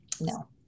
No